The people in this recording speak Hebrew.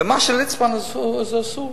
ומה שליצמן, זה אסור?